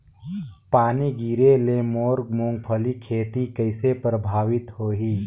पानी गिरे ले मोर मुंगफली खेती कइसे प्रभावित होही?